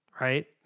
right